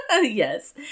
Yes